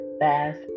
fast